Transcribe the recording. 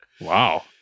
Wow